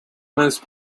most